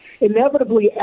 Inevitably